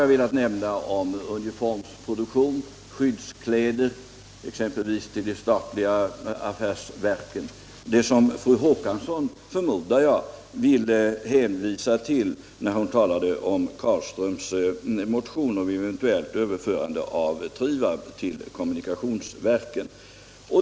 Jag nämnde uniformer och skyddskläder, exempelvis till de statliga affärsverken, det som fru Håkansson, förmodar jag, ville hänvisa till när hon nämnde Carlströms motion om ett eventuellt överförande av Trivab till kommunikationsverken.